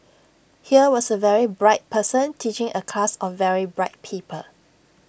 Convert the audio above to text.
here was A very bright person teaching A class of very bright people